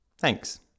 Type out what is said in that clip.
Thanks